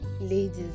ladies